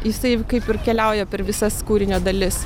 jisai kaip ir keliauja per visas kūrinio dalis